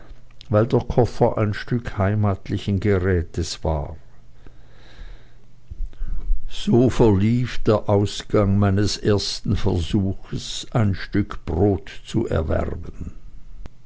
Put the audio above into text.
weil der koffer ein stück heimatlichen gerätes war so verlief der ausgang meines ersten versuches ein stück brot zu erwerben